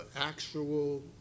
actual